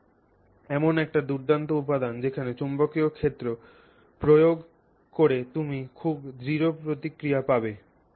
এটি এমন একটি দুর্দান্ত উপাদান যেখানে চৌম্বকীয় ক্ষেত্র প্রয়োগ করে তুমি খুব দৃঢ় প্রতিক্রিয়া পাবে